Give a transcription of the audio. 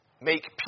make